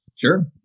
Sure